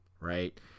right